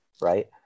Right